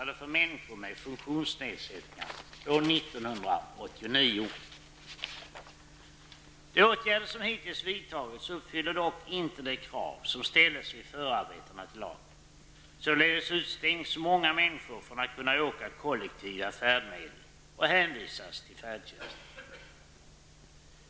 De åtgärder som hittills vidtagits uppfyller dock inte de krav som ställdes vid förarbetena till lagen.